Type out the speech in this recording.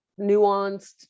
nuanced